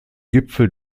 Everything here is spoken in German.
gipfel